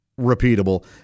repeatable